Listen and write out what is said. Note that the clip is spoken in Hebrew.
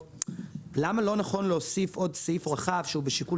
למה לא להוסיף עוד סעיף רחב שהוא בשיקול